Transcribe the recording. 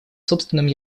собственным